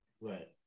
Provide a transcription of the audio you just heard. Right